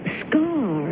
scar